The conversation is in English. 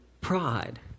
pride